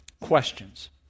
questions